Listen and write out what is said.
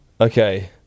Okay